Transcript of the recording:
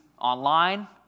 online